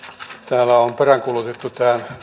täällä on peräänkuulutettu